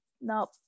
Nope